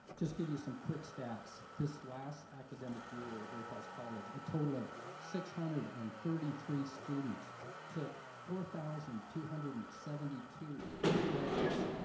just give you some quick stats. this last academic year at great falls college, a total of six hundred and thirty three students took four thousand two hundred and seventy two credits.